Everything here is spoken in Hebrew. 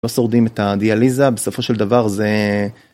לא שורדים את הדיאליזה, בסופו של דבר זה...